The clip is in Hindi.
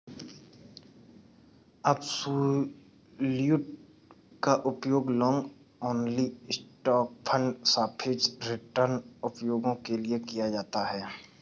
अब्सोल्युट का उपयोग लॉन्ग ओनली स्टॉक फंड सापेक्ष रिटर्न उपायों के लिए किया जाता है